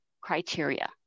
criteria